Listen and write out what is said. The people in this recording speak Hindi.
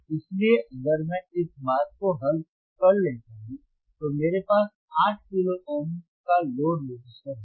इसलिए अगर मैं इस बात को हल कर लेता हूं तो मेरे पास 8 किलो ओम का लोड रजिस्टर होगा